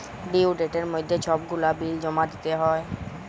due ডেটের মইধ্যে ছব গুলা বিল জমা দিতে হ্যয়